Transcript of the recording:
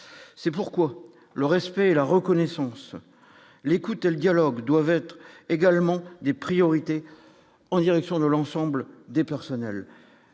c'est pourquoi le respect et la reconnaissance, l'écoute et le dialogue doivent être également des priorités en direction de l'ensemble des personnels,